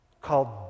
called